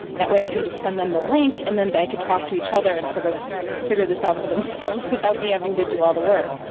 that way i can just send them the link and then they can talk to each other and then sort of figure this out for themselves without me having to do all the work.